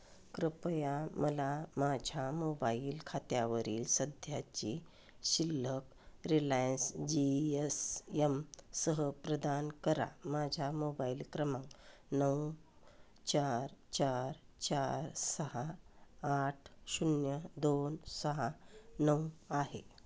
कृपया मला माझ्या मोबाईल खात्यावरील सध्याची शिल्लक रिलायन्स जी यस यमसह प्रदान करा माझा मोबाईल क्रमांक नऊ चार चार चार सहा आठ शून्य दोन सहा नऊ आहे